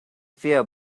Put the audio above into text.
fear